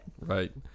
Right